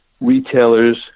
retailers